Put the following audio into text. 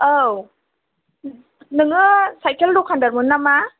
औ नोङो साइकेल दखानदारमोन नामा